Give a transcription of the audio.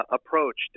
Approach